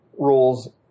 Rules